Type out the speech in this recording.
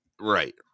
Right